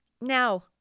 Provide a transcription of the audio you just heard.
Now